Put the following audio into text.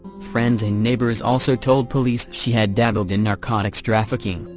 friends and neighbors also told police she had dabbled in narcotics trafficking,